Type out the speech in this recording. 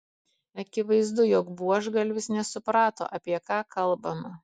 akivaizdu jog buožgalvis nesuprato apie ką kalbama